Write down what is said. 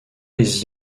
les